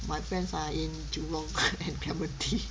my friends are in jurong and clementi